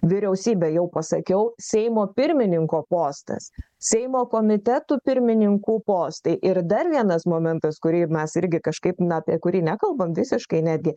vyriausybė jau pasakiau seimo pirmininko postas seimo komitetų pirmininkų postai ir dar vienas momentas kurį mes irgi kažkaip na apie kurį nekalbam visiškai netgi